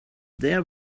there